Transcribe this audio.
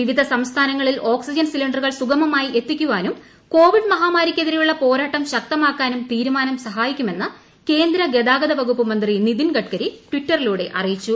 വിവിധ സംസ്ഥാനങ്ങളിൽ ഓക്സിജൻ സിലിണ്ടറുകൾ സുഗമമായി എത്തിക്കുവാനും കോവിഡ് മഹാമാരിക്കെതിരെയുള്ള പ്പോരാട്ട് ശക്തമാക്കാനും തീരുമാനം സഹായിക്കുമെന്ന് കേന്ദ്ര്യ്ത്താ്ഗത വകുപ്പ് മന്ത്രി നിതിൻ ഗഡ്കരി ട്വിറ്ററിലൂടെ അറിയിച്ചു